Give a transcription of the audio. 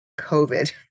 COVID